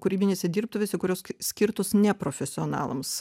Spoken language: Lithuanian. kūrybinėse dirbtuvėse kurios k skirtos neprofesionalams